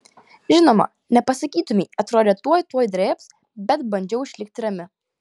žinoma nepasakytumei atrodė tuoj tuoj drėbs bet bandžiau išlikti rami